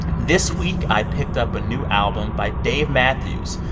this week, i picked up a new album by dave matthews,